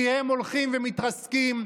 כי הם הולכים ומתרסקים,